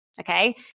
okay